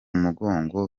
mugongo